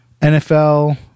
NFL –